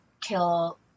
kill